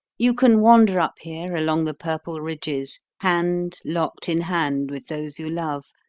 you can wander up here along the purple ridges, hand locked in hand with those you love,